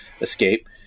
escape